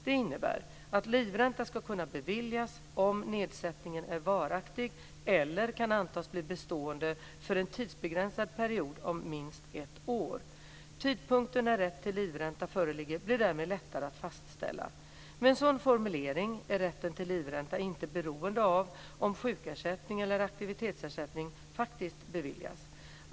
Det innebär att livränta ska kunna beviljas om nedsättningen är varaktig eller kan antas bli bestående för en tidsbegränsad period om minst ett år. Tidpunkten när rätt till livränta föreligger blir därmed lättare att fastställa. Med en sådan formulering är rätten till livränta inte beroende av om sjukersättning eller aktivitetsersättning faktiskt beviljas.